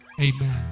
Amen